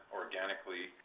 organically